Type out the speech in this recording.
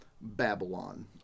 Babylon